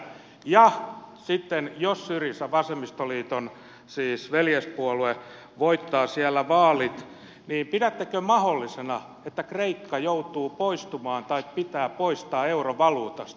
ja sitten jos syriza siis vasemmistoliiton veljespuolue voittaa siellä vaalit niin pidättekö mahdollisena että kreikka joutuu poistumaan tai pitää poistaa eurovaluutasta